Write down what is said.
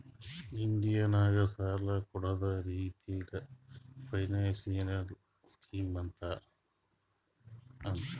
India ನಾಗ್ ಸಾಲ ಕೊಡ್ಡದ್ ರಿತ್ತಿಗ್ ಫೈನಾನ್ಸಿಯಲ್ ಸ್ಕೀಮ್ ಅಂತಾರ್